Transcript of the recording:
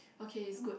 okay it's good